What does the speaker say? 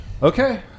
Okay